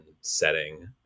setting